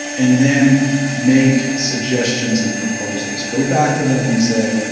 and then make suggestions and proposals. go back to them and say,